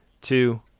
two